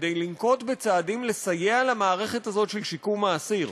כדי לנקוט צעדים לסייע למערכת הזאת של שיקום האסיר.